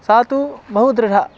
सा तु बहु दृढा